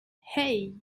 hey